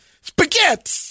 Spaghetti